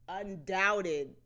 Undoubted